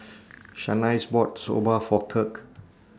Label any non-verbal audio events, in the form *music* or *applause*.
*noise* Shanice bought Soba For Kirk